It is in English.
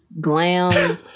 glam